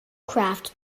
craft